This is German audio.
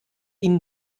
ihnen